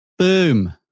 Boom